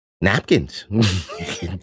Napkins